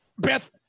Beth